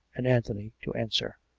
and anthony to answer.